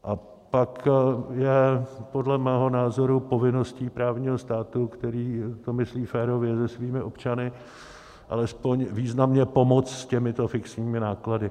A pak je podle mého názoru povinností právního státu, který to myslí férově se svými občany, alespoň významně pomoct s těmito fixními náklady.